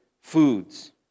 foods